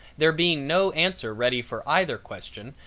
there being no answer ready for either question,